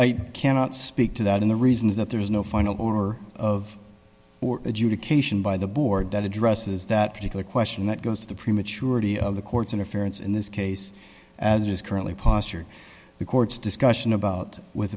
i cannot speak to that in the reasons that there is no final or of adjudication by the board that addresses that particular question that goes to the prematurity of the court's interference in this case as it is currently posture the court's discussion about with